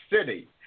City